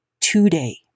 today